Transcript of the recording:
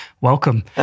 Welcome